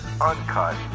uncut